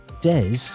Des